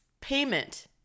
payment